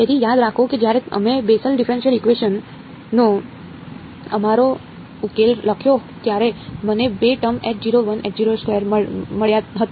તેથી યાદ રાખો કે જ્યારે અમે બેસલ ડિફેરએંશીયલ ઇકવેશન નો અમારો ઉકેલ લખ્યો ત્યારે મને બે ટર્મ મળ્યા હતા